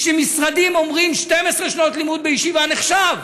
שמשרדים אומרים: 12 שנות לימוד בישיבה נחשב,